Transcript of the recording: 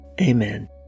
Amen